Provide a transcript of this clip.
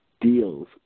deals